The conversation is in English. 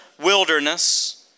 wilderness